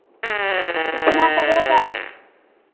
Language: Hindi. कितना पड़ेगा